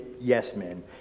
yes-men